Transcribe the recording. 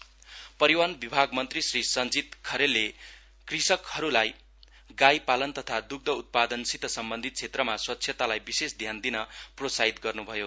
किसान गोष्टी परिवहन विभाग मन्त्री श्री सञ्चीत खरैलले कृषकहरूलाई गाई पालन तथा दुध उत्पादनसित सम्बन्धित क्षेत्रमा स्वच्छतालाई विशेष ध्यान दिन प्रोत्साहित गर्नु भयो